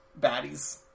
baddies